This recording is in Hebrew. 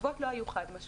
התשובות לא היו חד-משמעיות.